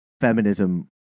feminism